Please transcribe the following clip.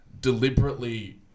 deliberately